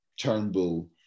Turnbull